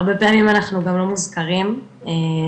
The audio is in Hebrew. הרבה פעמים אנחנו לא מוזכרים בשיח.